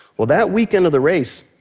well, that weekend of the race,